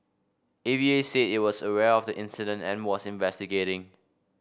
A V A said it was aware of the incident and was investigating